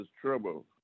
trouble